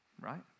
right